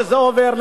שזה עובר,